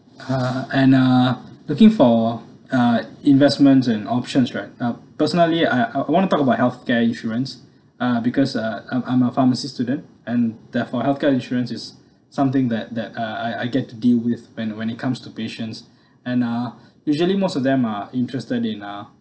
uh and uh looking for uh investments and options right uh personally I I I want to talk about healthcare insurance uh because uh I'm I'm a pharmacy student and therefore healthcare insurance is something that that I I I get to deal with when it when it comes to patients and uh usually most of them are interested in uh